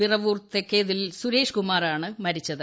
പിറവൂർ തെക്കേതിൽ സുരേഷ് കുമാറാണ് മരിച്ചത്